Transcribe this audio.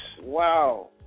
Wow